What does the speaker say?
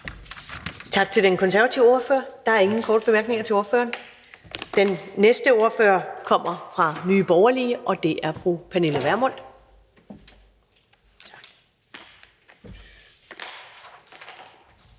Tak til den konservative ordfører. Der er ingen korte bemærkninger til ordføreren. Den næste ordfører kommer fra Nye Borgerlige, og det er fru Pernille Vermund.